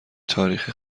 تاریخ